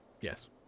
Yes